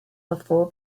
before